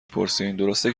پرسین؟ درسته